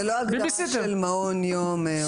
זאת לא הגדרה של מעון יום.